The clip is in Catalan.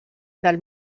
del